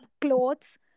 clothes